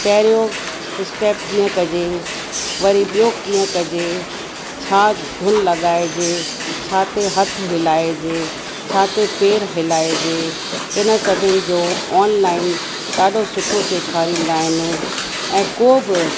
पहिरियों स्टैप कीअं कजे वरी बियो कीअं कजे छा धुन लॻाइजे छाते हथ हिलाएजे छाते पेर हिलाइजे इन सभिनि जो ऑनलाइन ॾाढो सुठो सेखारींदा आहिनि ऐं को बि